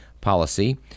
policy